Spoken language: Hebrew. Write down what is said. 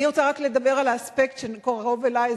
אני רוצה רק לדבר על האספקט שקרוב אלי,